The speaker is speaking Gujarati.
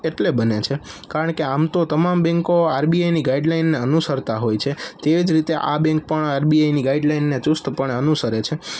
એટલે બને છે કારણકે આમ તો તમામ બૅન્કો આરબીઆઈની ગાઇડ લાઈનને અનુસરતા હોય છે તેજ રીતે આ બૅન્ક પણ આરબીઆઈની ગાઇડ લાઈનને ચુસ્તપણે અનુસરે છે